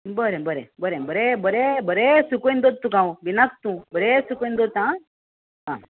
बरें बरें बरें बरें बरें बरें सुकयन दोत तुका हांव बिनाक तूं बरें सुकयन दत् आ